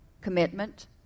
commitment